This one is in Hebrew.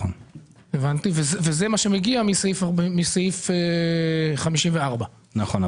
וזה מה שמגיע מסעיף 54. נכון,